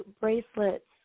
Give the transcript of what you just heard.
bracelets